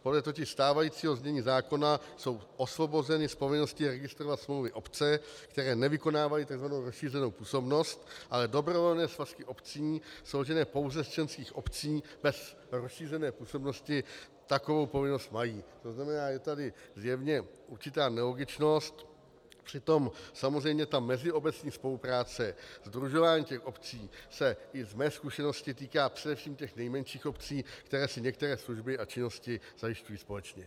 Podle stávajícího znění zákona jsou osvobozeny z povinnosti registrovat smlouvy obce, které nevykonávají tzv. rozšířenou působnost, ale dobrovolné svazky obcí složené pouze z členských obcí bez rozšířené působnosti takovou povinnost mají, tzn. je tady zjevně určitá nelogičnost, přitom samozřejmě ta meziobecní spolupráce, sdružování těch obcí, se i z mé zkušenosti týká především těch nejmenších obcí, které si některé služby a činnosti zajišťují společně.